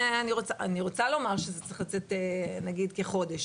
אני רוצה לומר שזה צריך לצאת נגיד כחודש,